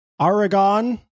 Aragon